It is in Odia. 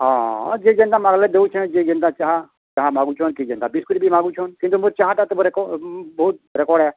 ହଁ ଯିଏ ଯେନ୍ତା ମାଗ୍ଲେ ଦେଉଛେଁ ଯିଏ ଯେନ୍ତା ଚାହା ଚାହା ମାଗୁଛନ୍ କି ଯେନ୍ତା ବିସ୍କୁଟ୍ ବି ମାଗୁଛନ୍ କିନ୍ତୁ ମୋର୍ ଚାହାଟା ତ ବହୁତ୍ ରେକର୍ଡ଼ ହେ